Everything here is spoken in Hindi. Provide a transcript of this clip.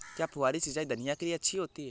क्या फुहारी सिंचाई धनिया के लिए अच्छी होती है?